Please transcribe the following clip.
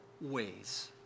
ways